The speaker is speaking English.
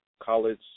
college